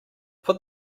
put